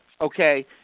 okay